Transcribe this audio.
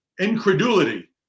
Incredulity